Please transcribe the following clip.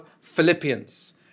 Philippians